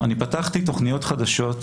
אני פתחתי תכניות חדשות,